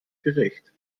gericht